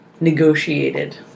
negotiated